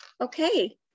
okay